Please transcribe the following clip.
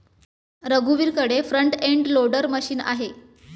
रघुवीरकडे front end loader machine आहे